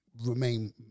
Remain